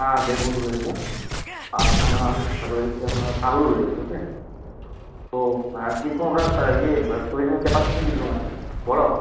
হ্যাঁ বেগুন রয়েছে আর আপনার রয়েছে আপনার আলু রয়েছে ওকে তো অ্যাঁ কীরকম আপনার সা ইয়ে স্টোরেজ ক্যাপাসিটি কীরকম আছে বড়ো